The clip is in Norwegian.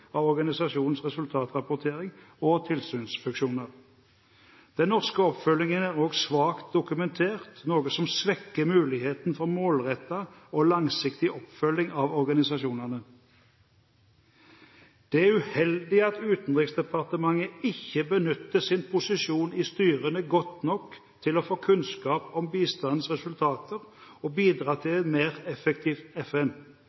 av organisasjonenes resultatrapportering og tilsynsfunksjoner». Den norske oppfølgingen er også svakt dokumentert, noe som svekker muligheten for målrettet og langsiktig oppfølging av organisasjonene. «Det er uheldig at Utenriksdepartementet ikke benytter sin posisjon i styrene godt nok til å få økt kunnskap om bistandens resultater og bidra til et mer effektivt FN»,